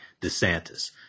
DeSantis